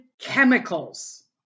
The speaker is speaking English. chemicals